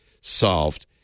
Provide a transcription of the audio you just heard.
solved